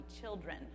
children